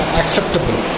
acceptable